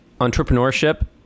entrepreneurship